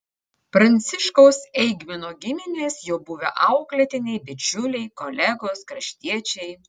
pranciškaus eigmino giminės jo buvę auklėtiniai bičiuliai kolegos kraštiečiai